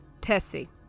Tessie